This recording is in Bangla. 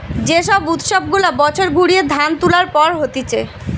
যে সব উৎসব গুলা বছর ঘুরিয়ে ধান তুলার পর হতিছে